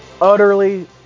utterly